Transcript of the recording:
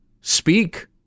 speak